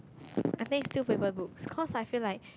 I think still paper books cause I feel like